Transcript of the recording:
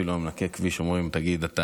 אפילו מנקי הכביש אומרים: תגיד,